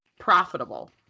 profitable